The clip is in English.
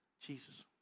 Jesus